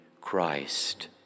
Christ